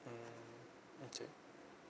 mm okay